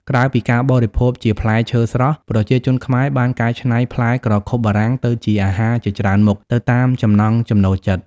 ក្រៅពីការបរិភោគជាផ្លែឈើស្រស់ ប្រជាជនខ្មែរបានកែច្នៃផ្លែក្រខុបបារាំងទៅជាអាហារជាច្រើនមុខ ទៅតាមចំណង់ចំណូលចិត្ត។